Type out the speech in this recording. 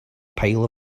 pile